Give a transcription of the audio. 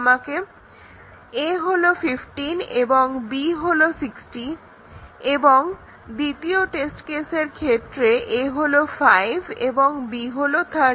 a হলো 15 এবং b হলো 60 এবং দ্বিতীয় টেস্ট কেসের ক্ষেত্রে a হলো 5 এবং b হলো 30